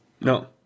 No